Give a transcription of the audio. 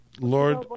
Lord